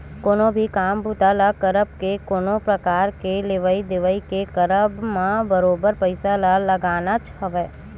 कोनो भी काम बूता के करब ते कोनो परकार के लेवइ देवइ के करब म बरोबर पइसा तो लगनाच हवय